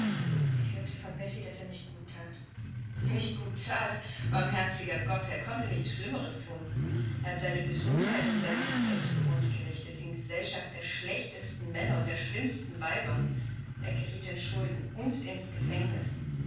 ich hörte von bessie daß er nicht gut that nicht gut that barmherziger gott er konnte nichts schlimmeres thun er hat seine gesundheit und seine güter zu grunde gerichtet in gesellschaft der schlechtesten männer und der schlimmsten weiber er geriet in schulden und ins gefängnis